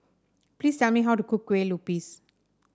please tell me how to cook Kueh Lupis